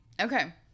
Okay